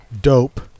Dope